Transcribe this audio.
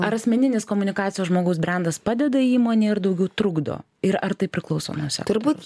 ar asmeninės komunikacijos žmogaus brendas padeda įmonei ar daugiau trukdo ir ar tai priklauso nuo sektoriaus